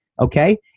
Okay